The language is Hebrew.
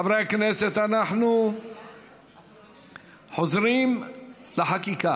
חברי הכנסת, אנחנו חוזרים לחקיקה.